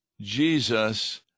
Jesus